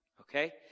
okay